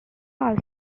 all